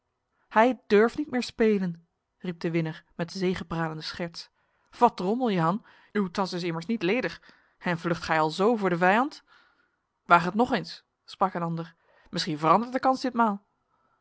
hij durft niet meer spelen riep de winner met zegepralende scherts wat drommel jehan uw tas is immers niet ledig en vlucht gij alzo voor de vijand waag het nog eens sprak een ander misschien verandert de kans ditmaal